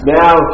now